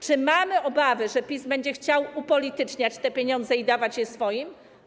Czy mamy obawy, że PiS będzie chciał upolityczniać te pieniądze i dawać je swoim?